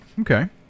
Okay